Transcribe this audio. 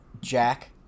Jack